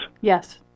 Yes